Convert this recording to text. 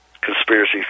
conspiracy